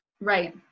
Right